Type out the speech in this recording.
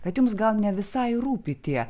kad jums gal nevisai rūpi tie